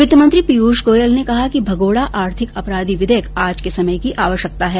वित्त मंत्री पीयूष गोयल ने कहा कि भगोड़ा आर्थिक अपराधी विधेयक आज के समय की आवश्यकता है